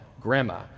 grandma